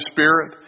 Spirit